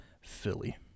Philly